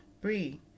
Brie